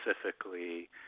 specifically